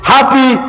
Happy